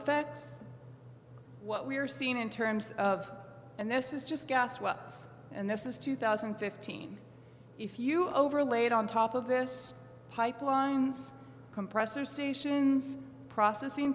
effects what we are seeing in terms of and this is just gas wells and this is two thousand and fifteen if you overlaid on top of this pipelines compressor stations processing